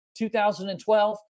2012